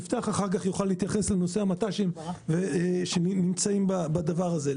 יפתח אחר כך יוכל להתייחס לנושא המט"שים שנמצאים בדבר הזה.